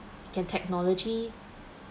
can technology